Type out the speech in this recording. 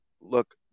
Look